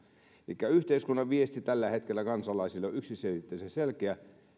elikkä yhteiskunnan viesti tällä hetkellä kansalaisille on yksiselitteisen selkeä